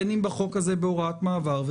בין אם בחוק הזה בהוראת מעבר,